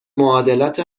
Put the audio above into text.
معادلات